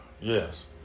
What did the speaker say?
Yes